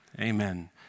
Amen